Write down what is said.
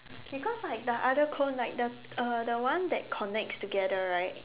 because like the other cone like the uh the one that connects together right